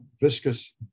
Viscous